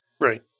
Right